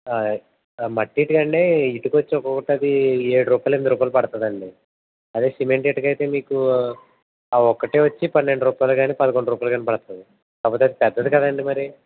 మట్టి ఇటుక అండి ఇటుకొచ్చి ఒక్కొక్కటి అది ఏడు రూపాయలు ఎనిమిది రూపాయలు పడుతుంది అండి అదే సిమెంట్ ఇటుక అయితే మీకు ఆ ఒకటి వచ్చేసి పన్నెండు రూపాయలు కానీ పదకొండు రూపాయలు పడతది కాకపోతే అది పెద్దది కదఅండి మరి